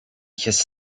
has